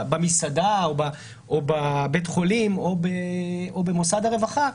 במסעדה או בבית החולים או במוסד הרווחה,